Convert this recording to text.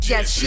Yes